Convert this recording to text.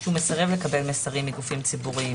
שהוא מסרב לקבל מסרים מגופים ציבוריים